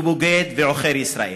לבוגד ולעוכר ישראל.